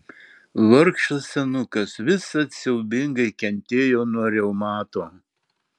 vargšas senukas visad siaubingai kentėjo nuo reumato